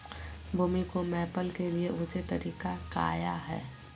भूमि को मैपल के लिए ऊंचे तरीका काया है?